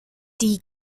die